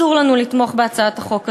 אסור לנו לתמוך בהצעת החוק הזאת.